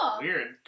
Weird